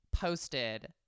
posted